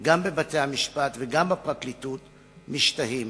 גם בבתי-המשפט וגם בפרקליטות משתהים.